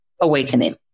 awakening